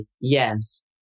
yes